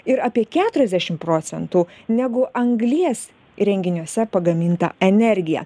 ir apie keturiasdešim procentų negu anglies įrenginiuose pagaminta energija